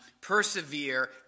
persevere